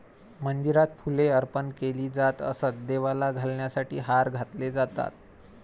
मंदिरात फुले अर्पण केली जात असत, देवाला घालण्यासाठी हार घातले जातात